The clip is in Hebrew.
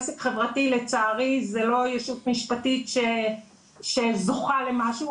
עסק חברתי לצערי זה לא ישות משפטית שזוכה למשהו,